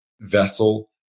vessel